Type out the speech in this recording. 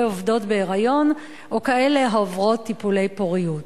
עובדות בהיריון או כאלה העוברות טיפולי פוריות.